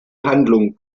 handlung